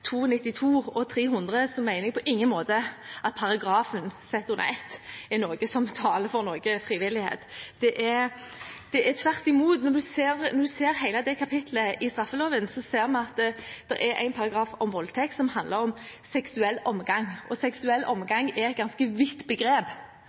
og 300, mener jeg på ingen måte at paragrafen sett under ett er noe som taler for noe frivillighet. Når en ser hele det kapittelet i straffeloven, ser man tvert imot at det er én paragraf om voldtekt som handler om seksuell omgang, og seksuell